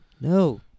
No